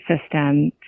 system